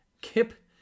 Kip